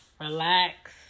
relax